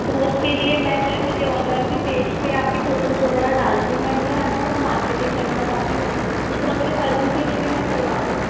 तो उसके लिए मैं क्या है मेरी ऑनलाइन भी पेज पे आपके फोटोस वगैरह डालती मैं मेरा क्या है ना थोड़ा मार्केटिंग करना चाहती हूँ दूसरा मुझे सैलून के लिए भी मैं करवा रही हूँ